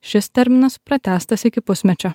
šis terminas pratęstas iki pusmečio